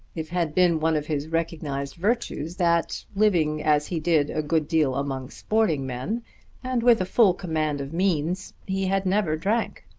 it had been one of his recognised virtues that, living as he did a good deal among sporting men and with a full command of means, he had never drank.